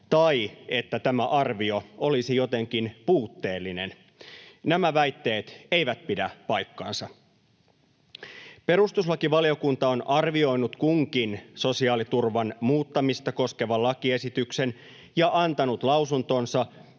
tai että tämä arvio olisi jotenkin puutteellinen. Nämä väitteet eivät pidä paikkaansa. Perustuslakivaliokunta on arvioinut kunkin sosiaaliturvan muuttamista koskevan lakiesityksen ja antanut lausuntonsa